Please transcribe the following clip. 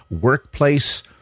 workplace